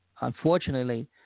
unfortunately